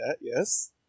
yes